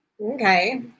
Okay